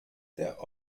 der